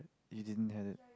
you didn't had it